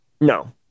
No